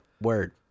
Word